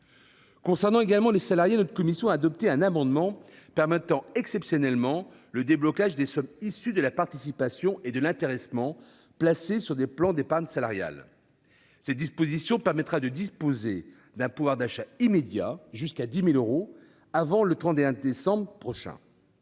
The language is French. Gouvernement. Notre commission a adopté un amendement permettant exceptionnellement le déblocage des sommes issues de la participation et de l'intéressement placées sur des plans d'épargne salariale. Cela permettra aux salariés de disposer d'un pouvoir d'achat immédiat, jusqu'à 10 000 euros, avant le 31 décembre prochain.